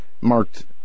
marked